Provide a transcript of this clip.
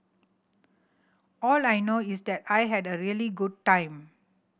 all I know is that I had a really good time